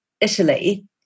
Italy